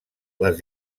les